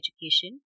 education